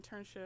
internship